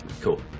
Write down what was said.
Cool